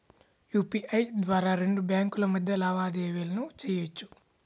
UPI ద్వారా రెండు బ్యేంకుల మధ్య లావాదేవీలను చెయ్యొచ్చు